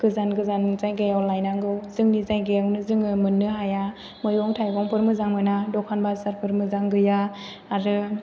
गोजान गोजान जायगायाव लायनांगौ जोंनि जायगायावनो जोङो मोननो हाया मैगं थाइगंफोर मोजां मोना दखान बाजारफोर मोजां गैया आरो